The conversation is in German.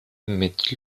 mit